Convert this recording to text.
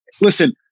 Listen